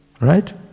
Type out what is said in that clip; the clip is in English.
Right